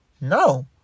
No